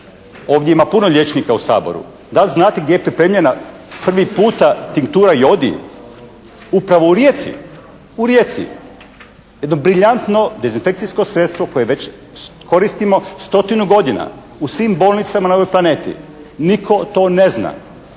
ovdje ima puno liječnika u Saboru. Da li znate gdje je pripremljena prvi puta tinktura jodi? Upravo u Rijeci. Jedno briljantno dezinfekcijsko sredstvo koje već koristimo stotinu godina u svim bolnicama na ovoj planeti. Nitko to ne zna.